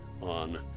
on